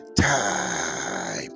time